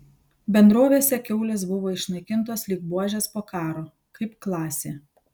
bendrovėse kiaulės buvo išnaikintos lyg buožės po karo kaip klasė